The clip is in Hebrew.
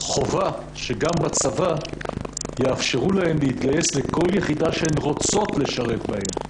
חובה שגם בצבא יאפשרו להן להתגייס לכל יחידה שהן רוצות לשרת בה,